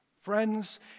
Friends